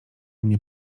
mnie